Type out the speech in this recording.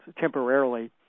temporarily